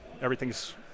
Everything's